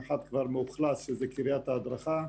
אחד כבר מאוכלס קריית ההדרכה.